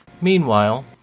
Meanwhile